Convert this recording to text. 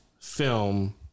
film